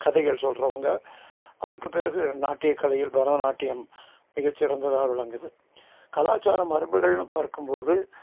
கதைகள் சொல்றவங்க அதுக்கு பிறகு நாட்டிய கலைகள் பரதநாட்டியம் மிகச்சிறந்ததாக விளங்குது கலாச்சாரம் மரபுகள்னு பார்க்கும்போது